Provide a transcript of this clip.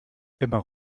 immer